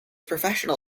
professional